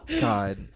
God